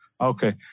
Okay